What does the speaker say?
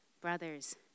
Brothers